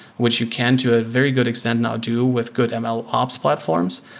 which you can to a very good extent now do with good ml ops platforms,